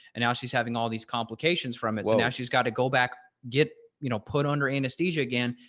and now she's having all these complications from it. well, yeah she's got to go back get, you know, put under anesthesia again,